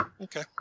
Okay